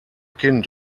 kind